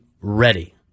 ready